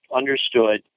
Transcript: understood